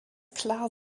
klar